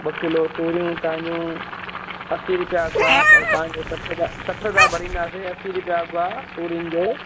ॿ किलो तूरियूं तव्हां जूं असीं रूपिया अघि आहे पर तव्हांखे सठि रूपिया सठि रूपिया भरींदासीं असीं रूपिया अघि आहे तूरीनि जो